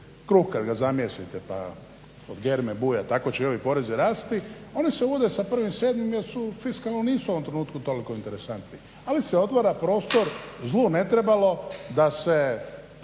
kruh kada ga zamijesite pa od germe buja tako će i ovi porezi rasti, oni se uvode sa 1.7. jer fiskalno nisu u ovom trenutku toliko interesantni, ali se otvara prostor zlu ne trebalo da se